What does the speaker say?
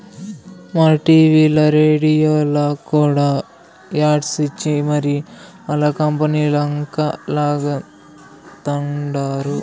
మన టీవీల్ల, రేడియోల్ల కూడా యాడ్స్ ఇచ్చి మరీ ఆల్ల కంపనీలంక లాగతండారు